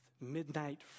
Midnight